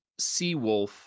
seawolf